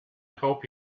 help